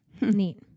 Neat